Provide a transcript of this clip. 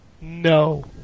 No